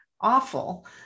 awful